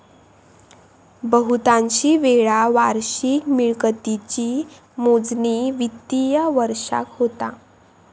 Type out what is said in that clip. बहुतांशी वेळा वार्षिक मिळकतीची मोजणी वित्तिय वर्षाक होता